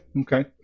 Okay